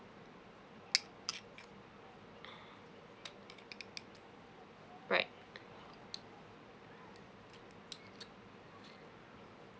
right